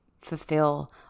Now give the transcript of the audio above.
fulfill